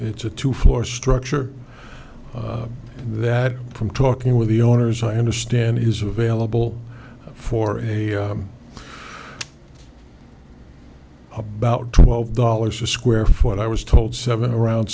it's a two floor structure that from talking with the owners i understand is available for a about twelve dollars a square foot i was told seven around